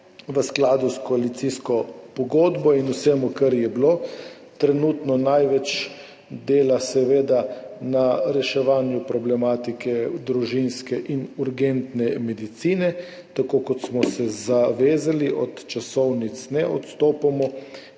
v skladu s koalicijsko pogodbo in vsem, kar je bilo, trenutno največ dela na reševanju problematike družinske in urgentne medicine, tako kot smo se zavezali. Od časovnic ne odstopamo.